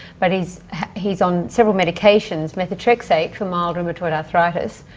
but he's he's on several medications methotrexate for mild rheumatoid arthritis,